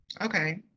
Okay